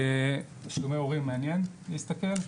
תשלומי הורים מעניין להסתכל?